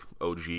OG